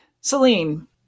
Celine